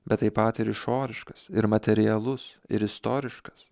bet taip pat ir išoriškas ir materialus ir istoriškas